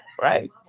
Right